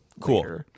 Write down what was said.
cool